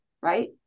right